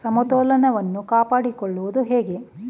ಸಮತೋಲನವನ್ನು ಕಾಪಾಡಿಕೊಳ್ಳುವುದು ಹೇಗೆ?